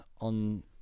on